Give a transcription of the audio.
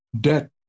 debt